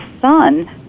son